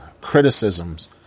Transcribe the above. criticisms